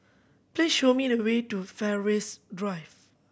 please show me the way to Fairways Drive